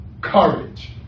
courage